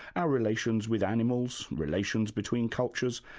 our relations with animals, relations between cultures,